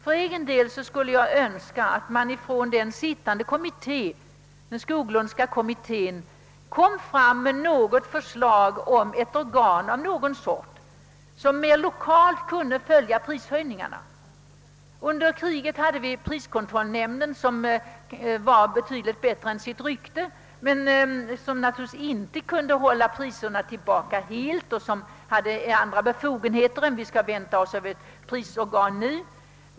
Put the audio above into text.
För egen del skulle jag önska att den sittande Skoglundska kommittén lade fram förslag om ett organ av något slag som mer lokalt kunde följa prishöjningarna. Under kriget hade vi pris kontrollnämnden, som var betydligt bättre än sitt rykte men som naturligtvis inte helt kunde hålla tillbaka prisstegringarna, den hade också andra befogenheter än som nu kan ges åt ett prisorgan.